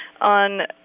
on